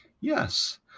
Yes